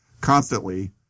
constantly